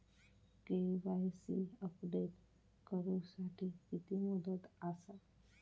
KYC update करू साठी किती मुदत आसा?